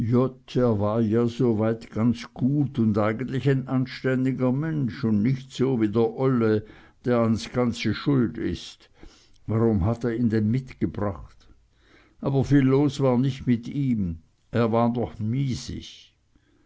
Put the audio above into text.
war ja soweit ganz gut un eigentlich ein anständiger mensch un nich so wie der olle der ans ganze schuld is warum hat er n mitgebracht aber viel los war nich mit ihm er war doch man